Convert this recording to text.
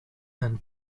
and